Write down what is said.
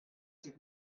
did